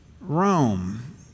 Rome